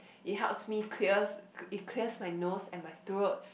it helps me clears it clears my nose and my throat